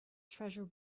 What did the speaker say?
treasure